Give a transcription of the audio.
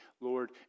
Lord